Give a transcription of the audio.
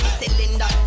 cylinder